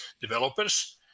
developers